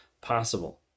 possible